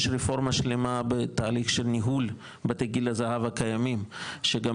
יש רפורמה שלימה בתהליך של ניהול בתי גיל הזהב הקיימים שגם